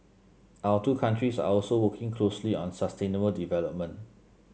our two countries are also working closely on sustainable development